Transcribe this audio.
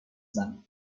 زنم